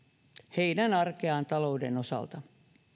heidän arkeaan talouden osalta